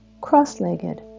cross-legged